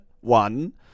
one